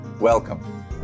Welcome